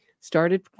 Started